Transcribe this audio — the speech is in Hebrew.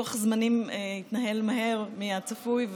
לוח הזמנים התנהל מהר מהצפוי,